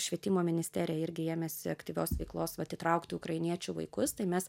švietimo ministerija irgi ėmėsi aktyvios veiklos vat įtraukti ukrainiečių vaikus tai mes